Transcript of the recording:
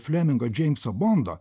flemingo džeimso bondo